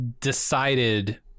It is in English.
decided